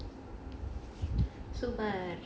so bad